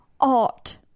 art